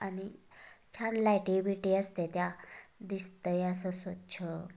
आणि छान लायटी बियटी असतेत्या दिसतंय असं स्वच्छ